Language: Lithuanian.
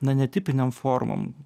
na netipinėm formom